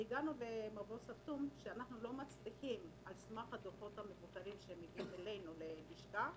כי לא הצלחנו על סמך הדוחות המבוקרים שמגיעים אלינו ללשכה